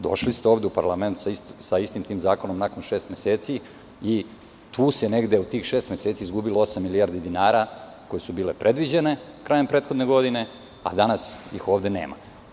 Došli ste ovde u parlament sa istim tim zakonom nakon šest meseci i tu se negde u tih šest meseci izgubilo osam milijardi dinara koje su bile predviđene krajem prethodne godine, a danas ih ovde nema.